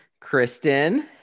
Kristen